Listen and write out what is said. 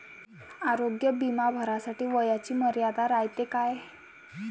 आरोग्य बिमा भरासाठी वयाची मर्यादा रायते काय?